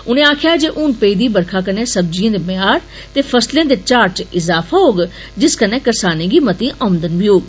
उनें आक्खेआ हून पेई दी बरखा कन्नै सब्जियें दे म्यार ते फसलें दे झाड़ इच इजाफा होग जिस कन्नै करसानें गी मती आमदन बी होग